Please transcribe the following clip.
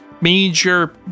major